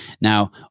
Now